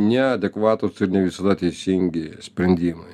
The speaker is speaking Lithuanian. neadekvatūs ir ne visada teisingi sprendimai